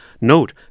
note